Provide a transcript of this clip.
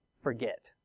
forget